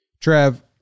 Trev